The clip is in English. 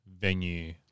venue